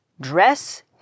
dress